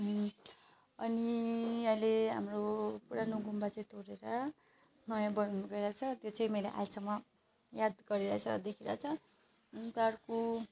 अनि अहिले हाम्रो पुरानो गुम्बा चाहिँ तोडेर नयाँ बनाउन गइरहेको छ त्यो चाहिँ मैले अहिलेसम्म याद गरिरहेको छ देखिरहेको छ अन्त अर्को